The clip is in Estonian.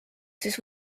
siis